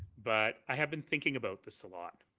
but i have been thinking about this a lot.